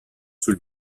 sul